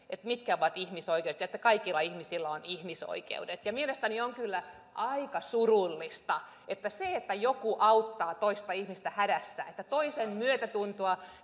mitkä ovat ihmisoikeudet ja että kaikilla ihmisillä on ihmisoikeudet mielestäni on kyllä aika surullista että puhutaan että olisi moraalitonta auttaa toista ihmistä hädässä ja osoittaa toiselle myötätuntoa